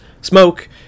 smoke